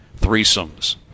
threesomes